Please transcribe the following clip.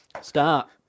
Start